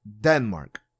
Denmark